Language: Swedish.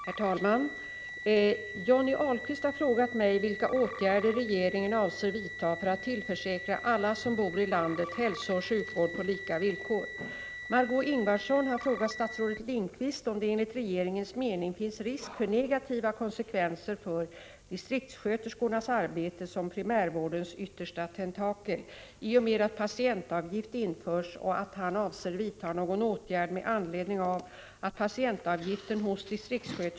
Herr talman! Johnny Ahlqvist har frågat mig vilka åtgärder regeringen avser vidta för att tillförsäkra alla som bor i landet hälsooch sjukvård på lika villkor.